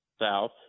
south